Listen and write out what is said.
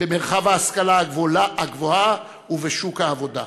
במרחב ההשכלה הגבוהה ובשוק העבודה.